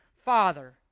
father